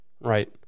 right